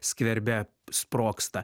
skverbia sprogsta